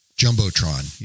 jumbotron